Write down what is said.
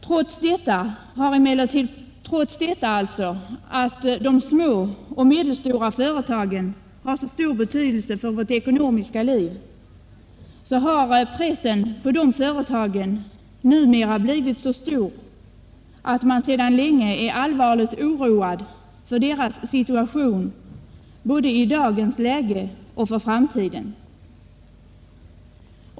Trots att de små och medelstora företagen har så stor betydelse för vårt ekonomiska liv har pressen på de företagen numera blivit så stor att man sedan länge är allvarligt oroad för deras situation både i dagens läge och för framtiden.